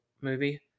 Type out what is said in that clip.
movie